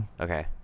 Okay